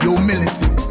Humility